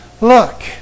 look